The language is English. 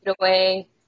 away